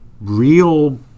real